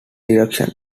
direction